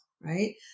right